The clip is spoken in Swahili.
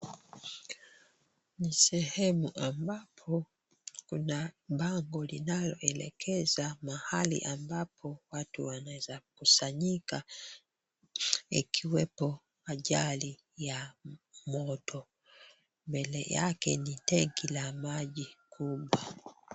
Ni sehemu ambapo kuna bango linaloelekeza mahali ambapo watu wanaweza kusanyika ikiwepo ajali ya moto. Mbele yake ni tenki la maji kubwa.